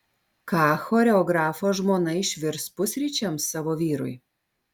ką choreografo žmona išvirs pusryčiams savo vyrui